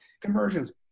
conversions